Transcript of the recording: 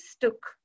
took